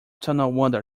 tonawanda